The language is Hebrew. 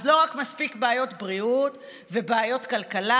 אז לא מספיק בעיות בריאות ובעיות כלכלה,